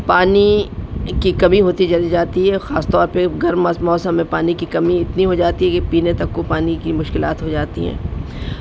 پانی کی کمی ہوتی جل جاتی ہے خاص طور پہ گرم موسم میں پانی کی کمی اتنی ہو جاتی ہے کہ پینے تک کو پانی کی مشکلات ہو جاتی ہیں